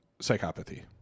psychopathy